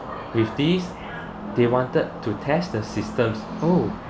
with these they wanted to test the systems oh